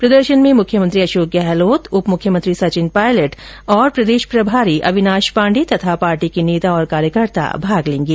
प्रदर्शन में मुख्यमंत्री अशोक गहलोत उप मुख्यमंत्री सचिन पायलट और प्रदेश प्रदेश प्रभारी अविनाश पाण्डे और पार्टी के नेता और कार्यकर्ता भाग लेगें